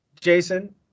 Jason